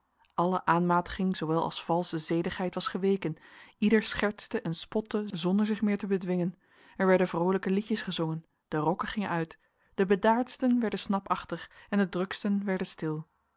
alle aanmatiging zoowel als valsche zedigheid was geweken ieder schertste en spotte zonder zich meer te bedwingen er werden vroolijke liedjes gezongen de rokken gingen uit de bedaardsten werden snapachtig en de druksten werden stil